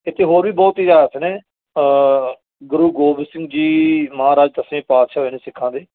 ਇੱਥੇ ਹੋਰ ਵੀ ਬਹੁਤ ਹੀ ਇਤਿਹਾਸ ਨੇ ਗੁਰੂ ਗੋਬਿੰਦ ਸਿੰਘ ਜੀ ਮਹਾਰਾਜ ਦਸਵੇਂ ਪਾਤਸ਼ਾਹ ਹੋਏ ਨੇ ਸਿੱਖਾਂ ਦੇ